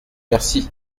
merci